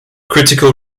critical